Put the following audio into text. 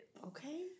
Okay